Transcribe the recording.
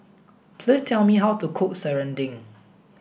please tell me how to cook serunding